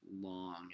long